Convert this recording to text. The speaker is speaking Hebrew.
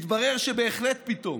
והתברר שבהחלט פתאום,